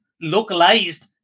localized